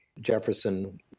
Jefferson